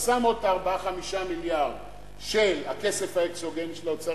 אתה שם עוד 4 5 מיליארד של הכסף האקסוגני של האוצר,